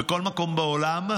בכל מקום בעולם,